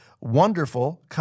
Wonderful